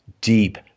deep